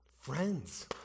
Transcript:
friends